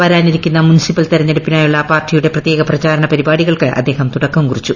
വരാനിരിക്കുന്ന മുനിസിപ്പൽ തെരഞ്ഞെടുപ്പിനായുള്ള പാർട്ടിയുടെ പ്രത്യേക പ്രചാരണ പരിപാടികൾക്ക് അദ്ദേഹം തുടക്കം കുറിച്ചു